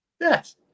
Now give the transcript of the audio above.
Yes